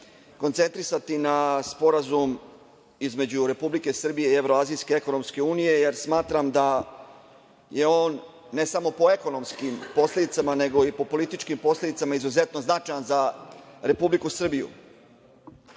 koncentrisati na Sporazum između Republike Srbije i Evroazijske ekonomske unije, jer smatram da je on, ne samo po ekonomskim posledicama, nego i po političkim posledicama izuzetno značajan za Republiku Srbiju. On